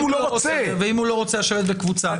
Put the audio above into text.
ואם הוא לא רוצה לשבת בקבוצה?